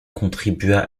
contribua